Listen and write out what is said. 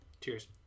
cheers